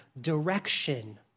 direction